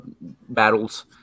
battles